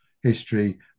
history